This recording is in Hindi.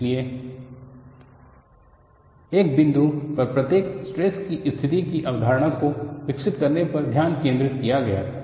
इसलिए एक बिंदु पर स्ट्रेस की स्थिति की अवधारणा को विकसित करने पर ध्यान केंद्रित किया गया था